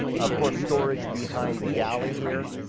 of course, storage behind the galley here,